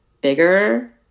bigger